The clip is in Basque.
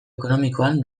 ekonomikoan